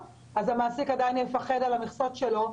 המעסיק עדיין יפחד על המכסות שלו,